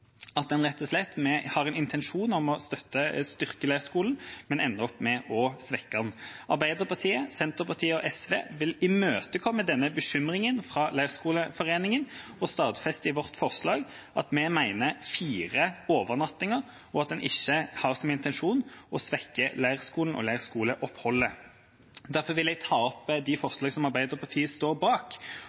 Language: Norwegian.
svekke den. Arbeiderpartiet, Senterpartiet og SV vil imøtekomme denne bekymringen fra Leirskoleforeningen og stadfester i vårt forslag at vi mener det bør være fire overnattinger, og at en ikke har som intensjon å svekke leirskolen og leirskoleoppholdet. Da vil jeg ta opp de forslag som Arbeiderpartiet står bak,